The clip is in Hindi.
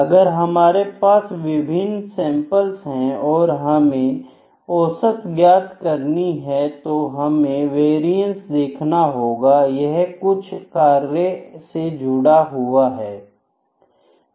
अगर हमारे पास विभिन्न सैंपल्स है और हमें औसत ज्ञात करनी है तो हमें वेरियंस देखना होगा यह कुछ कार्य से जुड़े हुए हैं